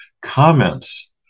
comments